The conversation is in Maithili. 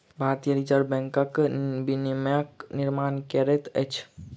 भारतीय रिज़र्व बैंक बैंकक विनियमक निर्माण करैत अछि